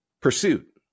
pursuit